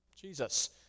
Jesus